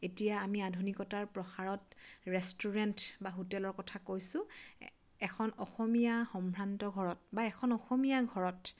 এতিয়া আমি আধুনিকতাৰ প্ৰসাৰত ৰেষ্টুৰেণ্ট বা হোটেলৰ কথা কৈছোঁ এখন অসমীয়া সম্ভ্ৰান্ত ঘৰত বা এখন অসমীয়াৰ ঘৰত